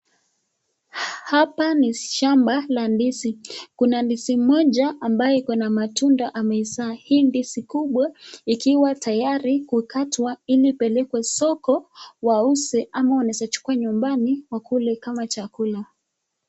Hapa ni shamba la ndizi. Kuna ndizi moja ambayo ikona matunda amezaa. Hii ndizi kubwa ikiwa tayari kukatwa ili ipelekwe soko wauze ama wanaeza chukua nyumbani wakule kama chakula.